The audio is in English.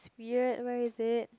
weird where is it